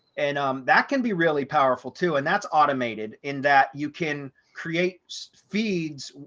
and um that can be really powerful too. and that's automated in that you can create feeds.